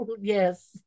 Yes